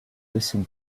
listen